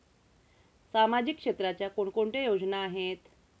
सामाजिक क्षेत्राच्या कोणकोणत्या योजना आहेत?